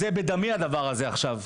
זה בדמי הדבר הזה עכשיו.